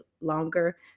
longer